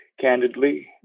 candidly